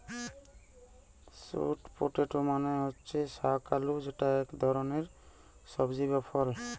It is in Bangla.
স্যুট পটেটো মানে হতিছে শাক আলু যেটা ইক ধরণের সবজি বা ফল